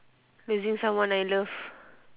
losing someone I love